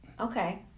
Okay